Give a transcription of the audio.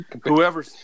whoever